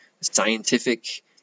scientific